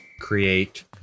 create